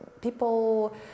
people